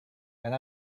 and